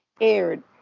aired